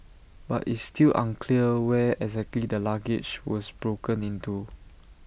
but it's still unclear where exactly the luggage was broken into